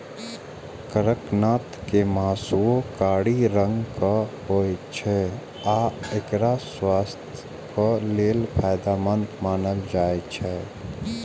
कड़कनाथ के मासुओ कारी रंगक होइ छै आ एकरा स्वास्थ्यक लेल फायदेमंद मानल जाइ छै